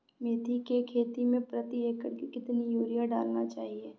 मेथी के खेती में प्रति एकड़ कितनी यूरिया डालना चाहिए?